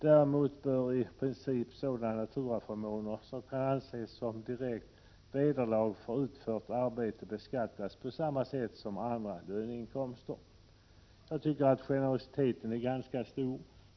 Däremot bör i princip sådana naturaförmåner som kan ses som direkt vederlag för utfört arbete beskattas på samma sätt som andra löneinkomster. Generositeten är ganska stor.